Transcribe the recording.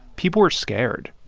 people were scared.